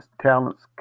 talents